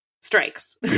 strikes